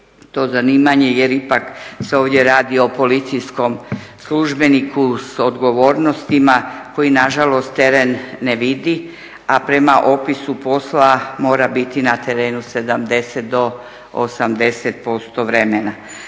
to zanimanje jer ipak se ovdje radi o policijskom službenikom s odgovornostima koji nažalost teren ne vidi a prema opisu posla mora biti na terenu 70 do 80% vremena.